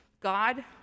God